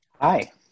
Hi